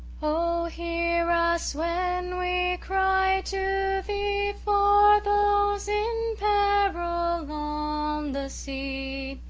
oh, hear us when we cry to thee for those in peril on the sea,